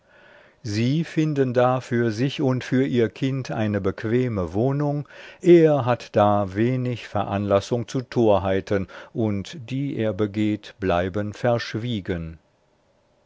sie finden dafür sich und für ihr kind eine bequeme wohnung er hat da wenig veranlassung zu torheiten und die er begeht bleiben verschwiegen